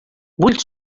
vull